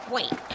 Wait